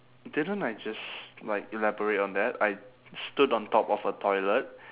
didn't I just like elaborate on that I stood on top of a toilet